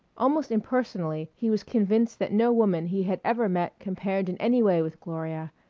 almost impersonally he was convinced that no woman he had ever met compared in any way with gloria.